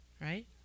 right